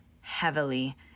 heavily